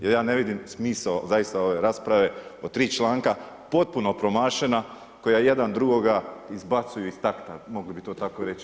Jer ja vidim smisao zaista ove rasprave o tri članka potpuno promašena koja jedan drugoga izbacuju iz takta, mogli bi to tako reći.